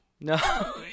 No